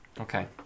Okay